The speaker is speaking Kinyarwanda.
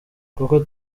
koko